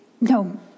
no